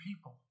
people